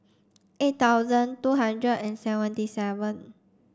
eight thousand two hundred and seventy seven